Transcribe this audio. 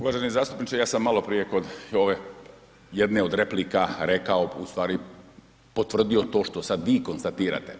Uvaženi zastupniče ja sam malo prije kod ove jedne od replika ustvari potvrdio to što sad vi konstatirate.